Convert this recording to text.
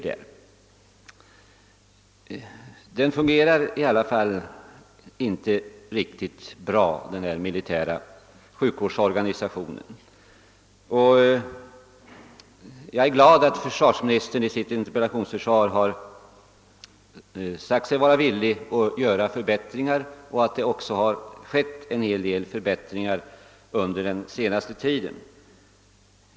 Den militära sjukvårdsorganisationen har sålunda inte fungerat särskilt bra, och jag är glad över att, som försvarsministern säger i sitt interpellationssvar, en hel del förbättringar på den senaste tiden har genomförts och att ytterligare förbättringar kommer att göras.